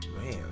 Man